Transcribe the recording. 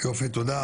יופי תודה,